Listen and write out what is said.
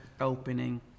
opening